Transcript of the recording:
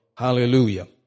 Hallelujah